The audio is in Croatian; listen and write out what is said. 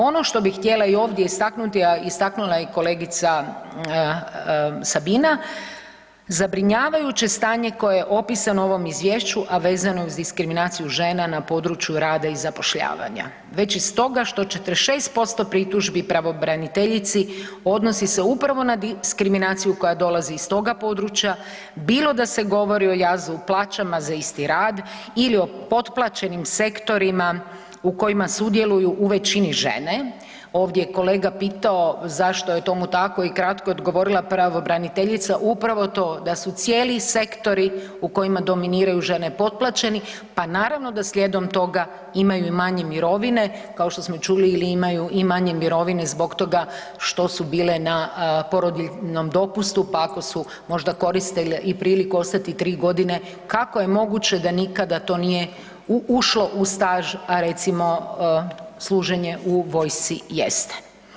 Ono što bih htjela i ovdje istaknuti, a istaknula je i kolegica Sabina, zabrinjavajuće stanje koje je opisano u ovom Izvješću a vezano je uz diskriminaciju žena na području rada i zapošljavanja, već iz toga što ćete 6% pritužbi pravobraniteljici odnosi se upravo na diskriminaciju koja dolazi iz toga područja, bilo da se govori o jazu u plaćama za isti rad ili potplaćenim sektorima u kojima sudjeluju u većini žene, ovdje je kolega pitao zašto je tomu tako i kratko je odgovorila pravobraniteljica upravo to da su cijeli sektori u kojima dominiraju žene potplaćeni, pa naravno da slijedom toga imaju i manje mirovine kao što smo i čuli ili imaju i manje mirovine zbog toga što su bile na porodiljnom dopustu, pa ako su možda koristile i priliku ostati tri godine, kako je moguće da nikada to nije u ušlo u staž, a recimo služenje u vojsci jeste.